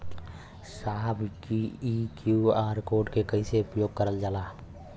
साहब इ QR code के कइसे उपयोग करल जाला?